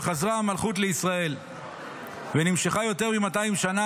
וחזרה המלכות לישראל ונמשכה יותר ממאתיים שנה,